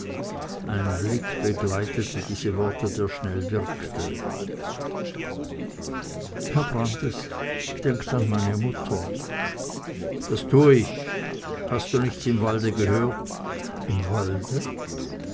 ein blick begleitete diese worte der schnell wirkte herr brandis denkt an meine mutter das tu ich hast du nichts im walde gehört im walde